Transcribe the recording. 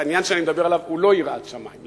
העניין שאני מדבר עליו הוא לא יראת שמים,